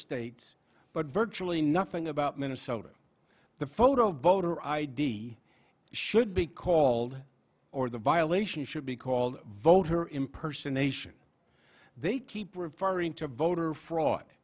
states but virtually nothing about minnesota the photo voter id should be called or the violation should be called voter impersonation they keep referring to voter fraud